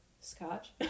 Scotch